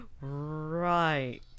Right